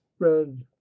red